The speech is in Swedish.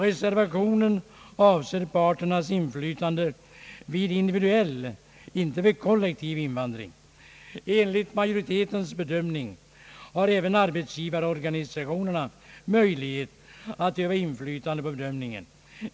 Reservationen avser parternas inflytande vid individuell — inte vid kollektiv — invandring. Enligt majoritetens bedömning har även arbetsgivarorganisationerna möjlighet att utöva inflytande på bedömningen.